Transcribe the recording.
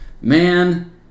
man